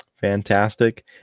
Fantastic